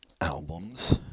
albums